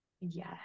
yes